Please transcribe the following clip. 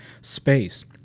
space